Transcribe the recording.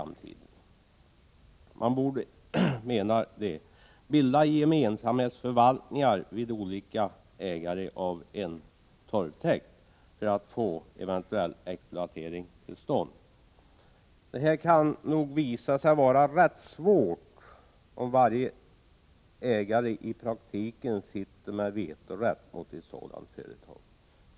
Man borde, menar moderaterna, bilda gemensamhetsförvaltningar när det är olika ägare av en torvtäkt för att man skall få eventuellt exploateringstill stånd. Detta kan nog visa sig vara rätt svårt, om varje ägare i praktiken sitter med vetorätt mot ett sådant företag.